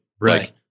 right